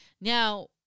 Now